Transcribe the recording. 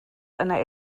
einer